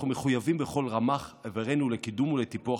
אנחנו מחויבים בכל רמ"ח איברנו לקידום ולטיפוח